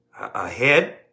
ahead